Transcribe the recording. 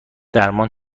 درمان